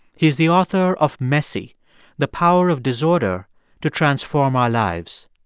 he's the author of messy the power of disorder to transform our lives.